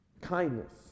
Kindness